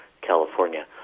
California